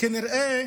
כנראה